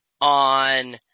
on